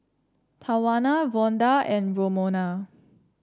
Tawana Vonda and Romona